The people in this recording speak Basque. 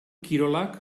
kirolak